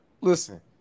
listen